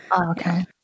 okay